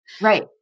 right